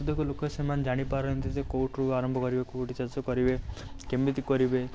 ପ୍ରତ୍ୟେକ ଲୋକ ସେମାନେ ଜାଣିପାରନ୍ତି ଯେ ସେମାନେ କେଉଁଠୁ ଆରମ୍ଭ କରିବେ କେଉଁଠୁ ଶେଷ କରିବେ କେମିତି କରିବେ